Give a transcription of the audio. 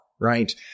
Right